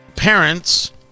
Parents